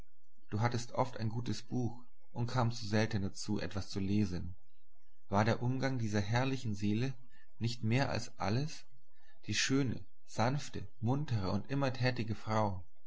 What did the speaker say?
du hattest oft ein gutes buch und kannst so selten dazu etwas zu lesen war der umgang dieser herrlichen seele nicht mehr als alles die schöne sanfte muntere und immer tätige frau